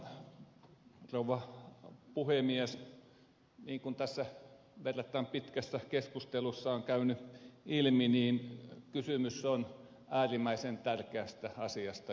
niin kuin tässä verrattain pitkässä keskustelussa on käynyt ilmi kysymys on äärimmäisen tärkeästä asiasta siinä mistä nyt on eduskunnassa keskusteltu